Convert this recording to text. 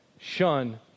Shun